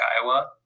Iowa